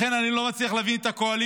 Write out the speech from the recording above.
לכן אני לא מצליח להבין את הקואליציה,